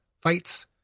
fights